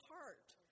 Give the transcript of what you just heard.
heart